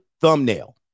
thumbnail